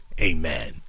Amen